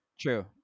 True